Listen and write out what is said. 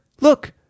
Look